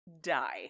die